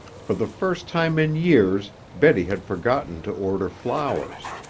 for the first time in years betty had forgotten to order flowers.